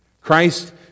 Christ